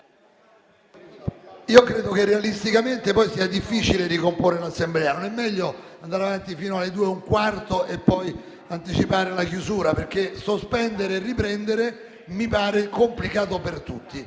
credo che realisticamente poi sarebbe difficile ricomporre l'Assemblea; non è meglio andare avanti fino alle ore 14,15 e poi anticipare la chiusura dei lavori? Sospendere e riprendere mi pare complicato per tutti.